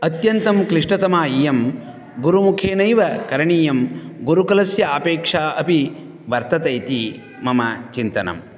अत्यन्तं क्लिष्टतमा इयं गुरुमुखेनैव करणीयं गुरुकुलस्य अपेक्षा अपि वर्तते इति मम चिन्तनम्